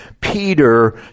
Peter